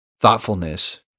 thoughtfulness